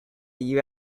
you